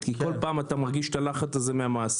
כי כל פעם אתה מרגיש את הלחץ הזה מהמעסיק,